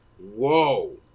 Whoa